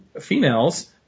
females